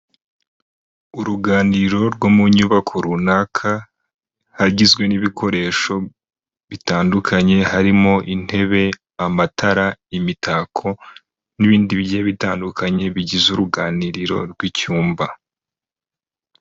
Uruganiriro rwo mu nyubako runaka, hagizwe n'ibikoresho bitandukanye, harimo intebe, amatara, imitako, n'ibindi bigiye bitandukanye bigize urunganiriro rw'icyumba.